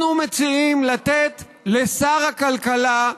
אנחנו מציעים לתת לשר הכלכלה,